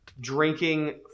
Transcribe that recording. drinking